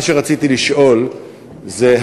מה שרציתי לשאול זה: